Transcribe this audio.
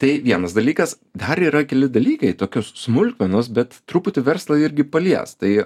tai vienas dalykas dar yra keli dalykai tokios smulkmenos bet truputį verslą irgi palies tai